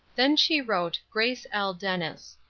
then she wrote grace l. dennis.